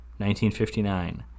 1959